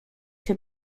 się